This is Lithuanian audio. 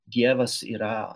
dievas yra